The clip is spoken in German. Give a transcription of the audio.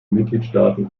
mitgliedstaaten